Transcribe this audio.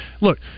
Look